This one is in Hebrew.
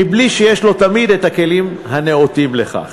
בלי שיש לו תמיד הכלים הנאותים לכך.